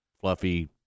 fluffy